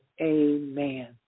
Amen